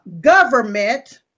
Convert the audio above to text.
government